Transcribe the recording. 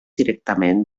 directament